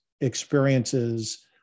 experiences